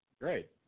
Great